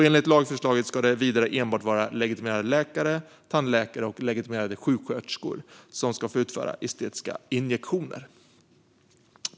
Enligt lagförslaget ska enbart legitimerade läkare, tandläkare eller sjuksköterskor få utföra estetiska injektionsbehandlingar.